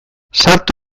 sartu